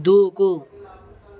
దూకు